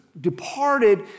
Departed